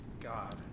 God